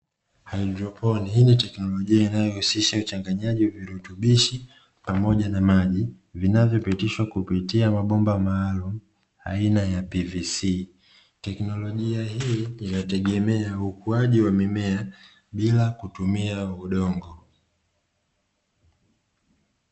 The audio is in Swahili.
Haidroponi hii ni teknolojia inayohusisha uchanganyaji wa virutubishi pamoja na maji, vinavyopitishwa kupitia mabomba maalumu aina ya "PVC". Teknolojia hii inategemea ukuaji wa mimea bila kutumia udongo.